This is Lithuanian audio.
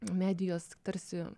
medijos tarsi